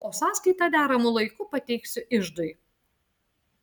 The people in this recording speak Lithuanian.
o sąskaitą deramu laiku pateiksiu iždui